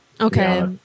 Okay